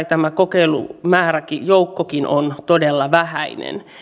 tämä kokeilujoukkokin on todella vähäinen